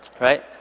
Right